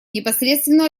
непосредственную